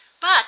But